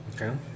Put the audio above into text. Okay